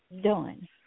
Done